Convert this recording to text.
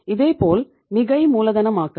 இதேபோல் மிகை மூலதனமாக்கல்